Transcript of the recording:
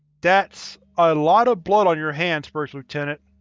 that's, a lot of blood on your hands, first lieutenant.